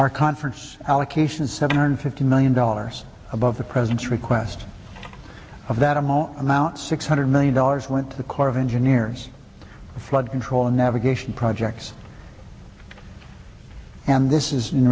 our conference allocation seven hundred fifty million dollars above the president's request of that imo amount six hundred million dollars went to the corps of engineers the flood control and navigation projects and this is